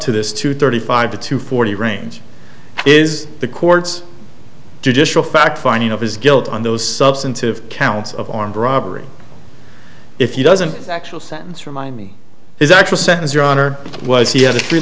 to this two thirty five to two forty range is the court's judicial fact finding of his guilt on those substantive counts of armed robbery if you doesn't actual sentence remind me his actual sentence your honor was he had a three